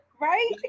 Right